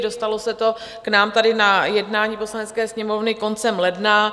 Dostalo se to k nám na jednání Poslanecké sněmovny koncem ledna 2022.